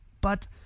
but